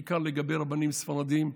בעיקר לגבי רבנים ספרדים.